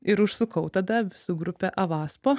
ir užsukau tada su grupe avaspo